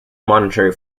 monetary